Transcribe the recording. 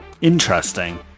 Interesting